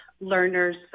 learner's